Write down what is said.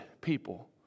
people